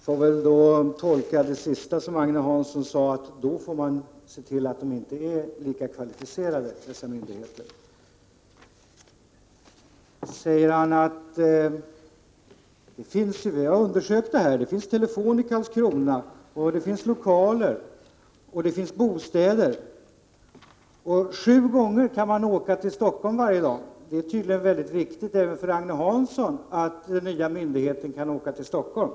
Fru talman! Jag tolkar det som Agne Hansson senast sade så att man får se till att dessa myndigheter inte är lika kvalificerade som de har varit. Sedan säger han: Vi har undersökt detta. Det finns telefon i Karlskrona. Det finns lokaler, och det finns bostäder — och sju gånger varje dag kan man åka till Stockholm. Det är tydligen mycket viktigt även för Agne Hansson att de som arbetar på den nya myndigheten skall kunna åka till Stockholm.